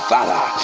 Father